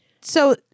So-